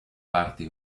parti